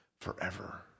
forever